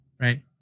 Right